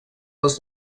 les